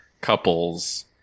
couples